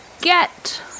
get